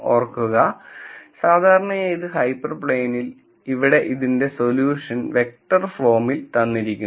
ഓർക്കുക സാധാരണയായി ഇത് ഹൈപ്പർ പ്ലെയിനിനിൽ ഇവിടെ ഇതിന്റെ സൊല്യൂഷൻ വെക്റ്റർ ഫോമിൽ തന്നിരിക്കുന്നു